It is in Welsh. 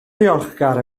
ddiolchgar